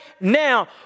now